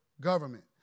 government